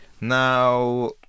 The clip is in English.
now